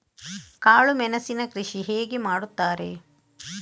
ಕಾಳು ಮೆಣಸಿನ ಕೃಷಿ ಹೇಗೆ ಮಾಡುತ್ತಾರೆ?